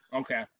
okay